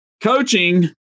Coaching